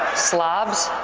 slobs,